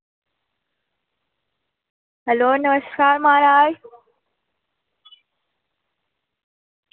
hello नमस्कार म्हाराज